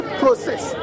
process